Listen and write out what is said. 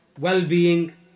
well-being